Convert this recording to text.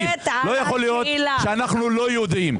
לא יכול להיות שאנחנו לא יודעים,